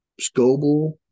Scoble